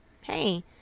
hey